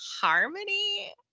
harmony